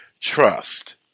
trust